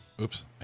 Oops